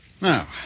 Now